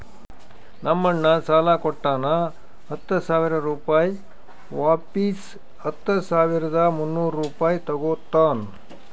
ನಮ್ ಅಣ್ಣಾ ಸಾಲಾ ಕೊಟ್ಟಾನ ಹತ್ತ ಸಾವಿರ ರುಪಾಯಿ ವಾಪಿಸ್ ಹತ್ತ ಸಾವಿರದ ಮುನ್ನೂರ್ ರುಪಾಯಿ ತಗೋತ್ತಾನ್